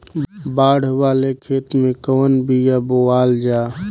बाड़ वाले खेते मे कवन बिया बोआल जा?